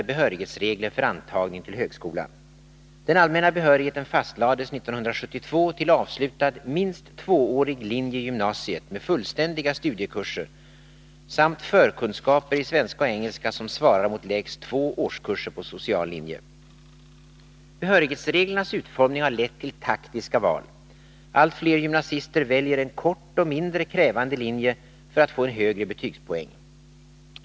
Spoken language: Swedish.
Behörighetsreglernas utformning har lett till taktiska val. Allt fler gymnasister väljer en kort och mindre krävande linje för att få en högre betygspoäng.